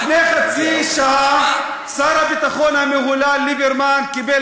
לפני חצי שעה שר הביטחון המהולל ליברמן קיבל